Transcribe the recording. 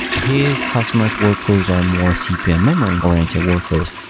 his customers workloads are more cpm memory-oriented workloads,